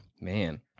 Man